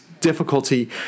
difficulty